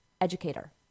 educator